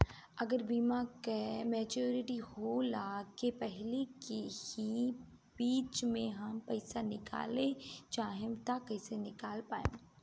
अगर बीमा के मेचूरिटि होला के पहिले ही बीच मे हम पईसा निकाले चाहेम त कइसे निकाल पायेम?